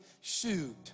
shoot